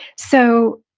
so,